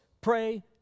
pray